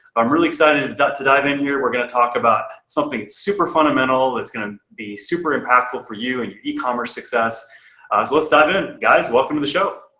i'm really excited to dive in here. we're gonna talk about something super fundamental. it's gonna be super impactful for you and your e-commerce success. so let's dive in. guys, welcome to the show.